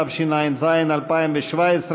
התשע''ז 2017,